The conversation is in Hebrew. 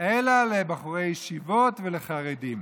אלא לבחורי ישיבות ולחרדים.